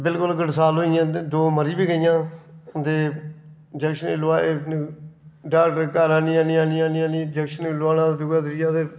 बिल्कुल गडसाल होई गेइयां दो मरी बी गेइयां उं'दे इन्जैक्शन बी लोआए डाक्टर घर आह्न्नी आह्न्नी आह्न्नी आह्नियै इन्जैक्शन बी लोआना दूआ त्रीया ते